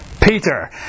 Peter